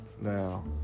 Now